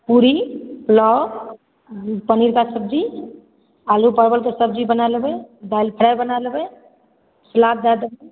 पूड़ी पुलाव पनीर का सब्ज़ी आलू परवलके सब्ज़ी बना लेबै दालि फ़्राइ बना लेबै सलाद दऽ देबै